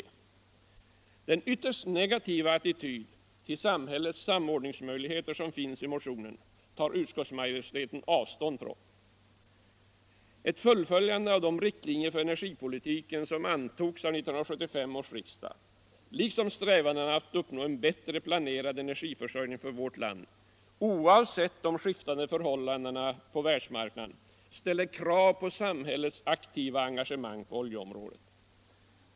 Den ytterst negativa attityd till samhällets samordningsmöjligheter som finns i motionen tar utskottsmajoriteten avstånd från. Ett fullföljande av de riktlinjer för energipolitiken som antogs av 1975 års riksmöte liksom strävandena att uppnå en bättre planerad energiförsörjning för vårt land, oavsett de skiftande förhållandena på världsmarknaden, ställer krav på samhällets aktiva engagemang på oljeområdet.